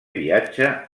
viatge